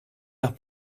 nach